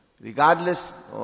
regardless